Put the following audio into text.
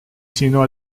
sino